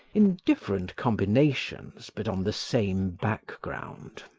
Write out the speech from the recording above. in different combinations but on the same background.